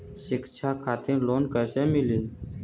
शिक्षा खातिर लोन कैसे मिली?